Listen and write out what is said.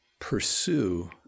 pursue